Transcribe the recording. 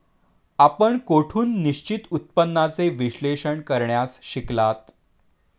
आपण कोठून निश्चित उत्पन्नाचे विश्लेषण करण्यास शिकलात?